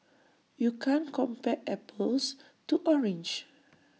you can't compare apples to oranges